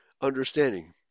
understanding